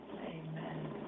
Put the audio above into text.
Amen